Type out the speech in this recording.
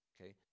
okay